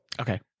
Okay